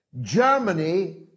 Germany